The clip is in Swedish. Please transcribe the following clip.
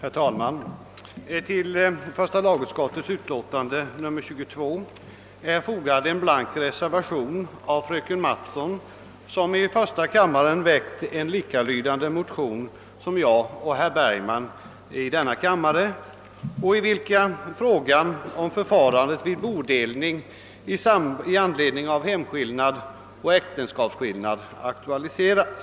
Herr talman! Vid första lagutskottets utlåtande nr 22 är fogad en blank reservation av fröken Mattson, som i första kammaren väckt en motion lika lydande med en motion av herr Bergman och mig i denna kammare. I dessa motioner har frågan om förfarandet vid bodelning i anledning av hemskillnad och äktenskapsskillnad aktualiserats.